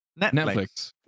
Netflix